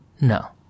No